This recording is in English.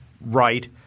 right